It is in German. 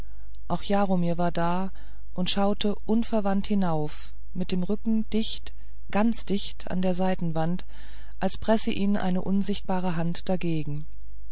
auch jaromir war da und schaute unverwandt hinauf mit dem rücken dicht ganz dicht an der seitenwand als presse ihn eine unsichtbare hand dagegen